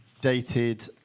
dated